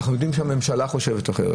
אנחנו יודעים שהממשלה חושבת אחרת,